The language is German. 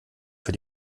für